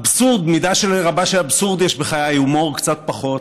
מידה רבה של אבסורד יש בך, הומור קצת פחות.